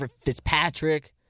Fitzpatrick